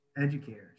educators